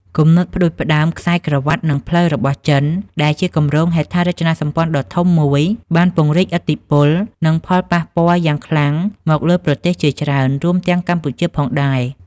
គំនិតផ្តួចផ្តើមខ្សែក្រវាត់ និងផ្លូវរបស់ចិន ដែលជាគម្រោងហេដ្ឋារចនាសម្ព័ន្ធដ៏ធំមួយ បានពង្រីកឥទ្ធិពល និងផលប៉ះពាល់យ៉ាងខ្លាំងមកលើប្រទេសជាច្រើន រួមទាំងកម្ពុជាផងដែរ។